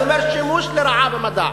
אני אומר שימוש לרעה במדע.